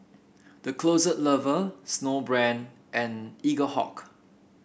The Closet Lover Snowbrand and Eaglehawk